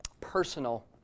personal